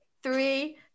Three